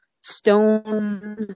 stone